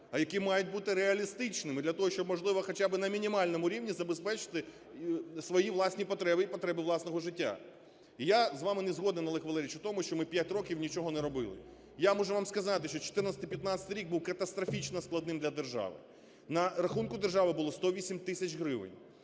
а які мають бути реалістичними для того, щоб можливо, хоча б на мінімальному рівні забезпечити свої власні потреби і потреби власного життя. Я з вами не згоден, Олег Валерійович, у тому, що ми 5 років нічого не робили. Я можу вам сказати, що 14-15-й рік був катастрофічно складним для держави: на рахунку держави було 108 тисяч гривень,